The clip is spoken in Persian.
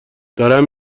دارم